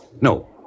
No